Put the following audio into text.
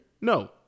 No